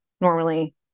normally